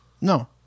No